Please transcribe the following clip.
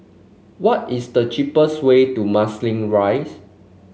what is the cheapest way to Marsiling Rise